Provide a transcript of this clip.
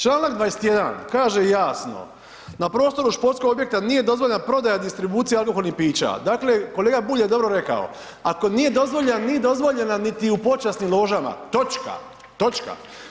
Članak 21. kaže jasno: „na prostoru športskog objekta nije dozvoljena prodaja i distribucija alkoholnih pića“, dakle kolega Bulj je dobro rekao, ako nije dozvoljeno, nije dozvoljeno niti u počasnim ložama, točka, točka.